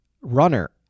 runner